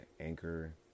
Anchor